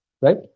right